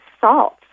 salt